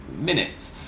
minute